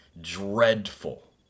dreadful